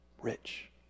rich